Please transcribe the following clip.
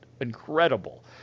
incredible